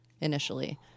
initially